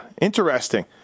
interesting